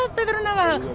ah been. and and oh